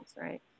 right